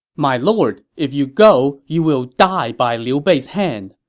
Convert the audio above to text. my lord, if you go, you will die by liu bei's hand.